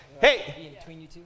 Hey